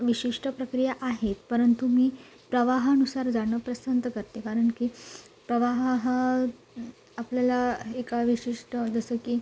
विशिष्ट प्रक्रिया आहेत परंतु मी प्रवाहानुसार जाणं पसंत करते कारण की प्रवाह हा आपल्याला एका विशिष्ट जसं की